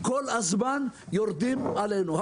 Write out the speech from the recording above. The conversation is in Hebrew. כל הזמן יורדים עלינו.